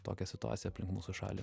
tokia situacija aplink mūsų šalį